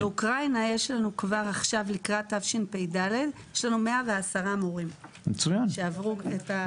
מאוקראינה יש לנו עכשיו לקראת תשפ"ד כבר 110 מורים שעברו את התהליך.